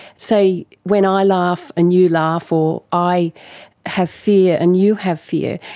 say when i laugh and you laugh or i have fear and you have fear,